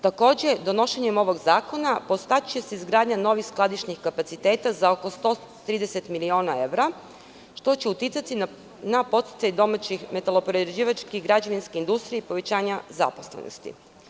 Takođe, donošenjem ovog zakona podstaći će se izgradnja novih skladišnih kapaciteta za oko 130 miliona evra, što će uticati na podsticaj domaće metaloprerađivačke i građevinske industrije i povećanje zaposlenosti.